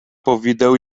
powideł